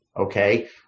okay